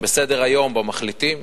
הופץ בסדר-היום במחליטים,